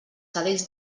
cadells